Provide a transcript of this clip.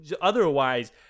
otherwise